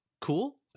cool